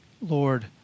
Lord